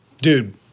dude